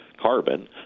carbon